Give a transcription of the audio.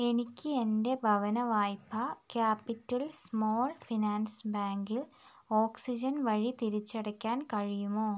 എനിക്ക് എൻ്റെ ഭവനവായ്പ ക്യാപിറ്റൽ സ്മോൾ ഫിനാൻസ് ബാങ്കിൽ ഓക്സിജൻ വഴി തിരിച്ചടയ്ക്കാൻ കഴിയുമോ